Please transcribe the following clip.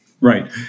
Right